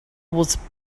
was